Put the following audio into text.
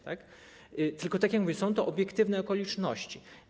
Tylko tak jak mówię, są to obiektywne okoliczności.